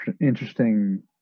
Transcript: interesting